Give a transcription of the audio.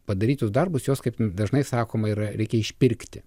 padarytus darbus jos kaip dažnai sakoma yra reikia išpirkti